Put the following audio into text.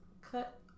cut